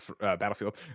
battlefield